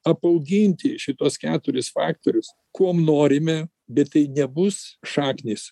apauginti šituos keturis faktorius kuom norime bet tai nebus šaknys